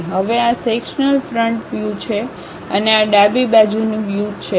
હવે આ sectional front view છે અને આ ડાબી બાજુનું વ્યુ છે